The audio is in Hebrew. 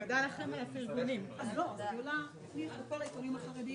זאת אומרת שם הייתם צריכים לבוא עם כלים מאוד